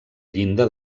llinda